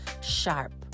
sharp